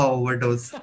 overdose